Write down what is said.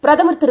பிரதமர்திரு